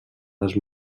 les